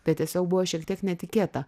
tai tiesiog buvo šiek tiek netikėta